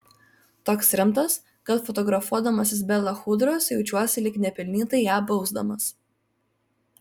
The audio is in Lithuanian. toks rimtas kad fotografuodamasis be lachudros jaučiuosi lyg nepelnytai ją bausdamas